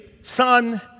son